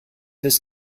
this